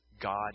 God